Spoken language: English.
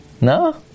No